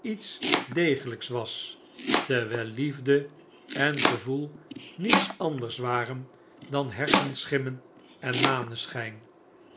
iets degelyks was terwyl liefde en gevoel niets auders waren dan hersenschimmen en maneschyn